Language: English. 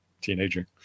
teenager